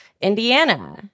Indiana